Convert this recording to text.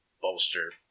bolster